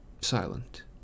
silent